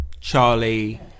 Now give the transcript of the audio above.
Charlie